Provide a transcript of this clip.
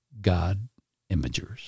God-imagers